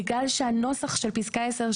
בגלל שהנוסח בפסקה (10),